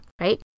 right